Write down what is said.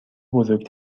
بزرگ